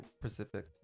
Pacific